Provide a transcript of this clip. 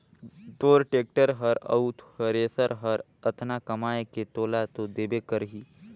तोर टेक्टर हर अउ थेरेसर हर अतना कमाये के तोला तो देबे करही